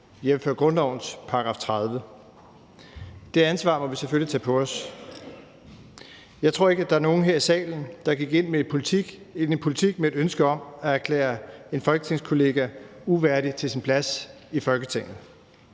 jævnfør grundlovens § 30. Det ansvar må vi selvfølgelig tage på os. Jeg tror ikke, at der er nogen her i salen, der gik ind i politik med et ønske om at erklære en folketingskollega uværdig til sin plads i Folketinget,